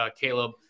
Caleb